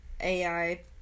AI